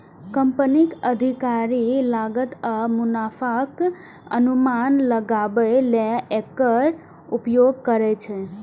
कंपनीक अधिकारी लागत आ मुनाफाक अनुमान लगाबै लेल एकर उपयोग करै छै